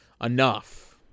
enough